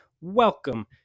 Welcome